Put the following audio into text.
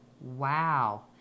Wow